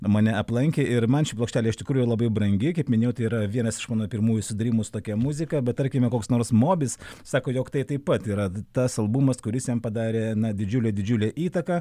mane aplankė ir man ši plokštelė iš tikrųjų labai brangi kaip minėjau tai yra vienas iš mano susidurimų tokia muzika bet tarkime koks nors mobis sako jog tai taip pat yra tas albumas kuris jam padarė didžiulę didžiulę įtaką